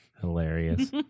Hilarious